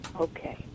Okay